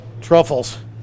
truffles